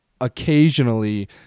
occasionally